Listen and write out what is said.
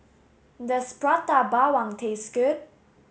does Prata Bawang taste good